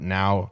now